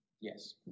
Yes